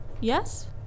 Yes